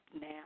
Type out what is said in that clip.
now